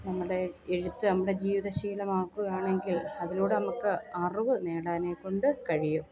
നമ്മുടെ എഴുത്ത് നമ്മുടെ ജീവിത ശീലമാക്കുകയാണെങ്കിൽ അതിലൂടെ നമുക്ക് അറിവ് നേടാനേക്കൊണ്ട് കഴിയും